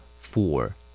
Four